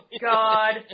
God